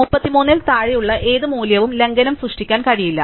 33 ൽ താഴെയുള്ള ഏത് മൂല്യവും ലംഘനം സൃഷ്ടിക്കാൻ കഴിയില്ല